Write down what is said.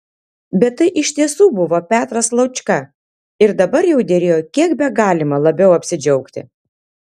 bet tai iš tiesų buvo petras laučka ir dabar jau derėjo kiek begalima labiau apsidžiaugti